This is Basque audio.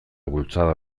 bultzada